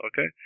okay